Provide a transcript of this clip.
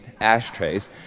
ashtrays